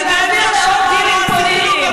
בשביל להעביר לעוד דילים פוליטיים.